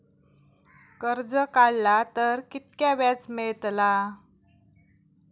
कर्ज काडला तर कीतक्या व्याज मेळतला?